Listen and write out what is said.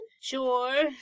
Sure